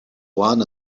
one